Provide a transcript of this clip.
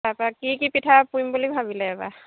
তাৰপৰা কি কি পিঠা পুৰিম বুলি ভাবিলে এইবাৰ